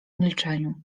milczeniu